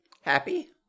happy